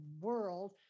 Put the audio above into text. world